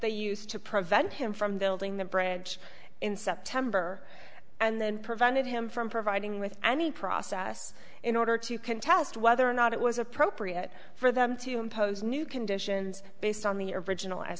they used to prevent him from building the bridge in september and then prevented him from providing with any process in order to contest whether or not it was appropriate for them to impose new conditions based on the original